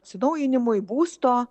atsinaujinimui būsto